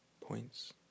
points